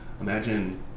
imagine